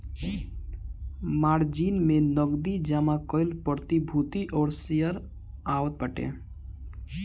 margin में नगदी जमा कईल प्रतिभूति और शेयर आवत बाटे